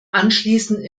anschließend